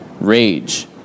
rage